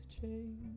change